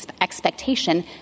expectation